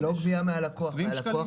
זה לא גבייה מהלקוח,